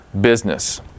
Business